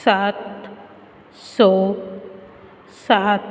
सात स सात